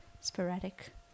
sporadic